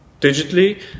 digitally